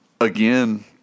again